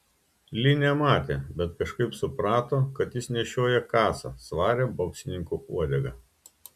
li nematė bet kažkaip suprato kad jis nešioja kasą svarią boksininkų uodegą